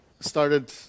started